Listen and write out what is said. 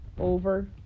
over